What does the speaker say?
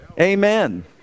Amen